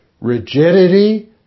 Rigidity